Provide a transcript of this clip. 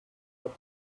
got